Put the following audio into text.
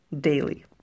daily